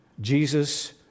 Jesus